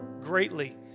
greatly